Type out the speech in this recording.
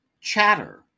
Chatter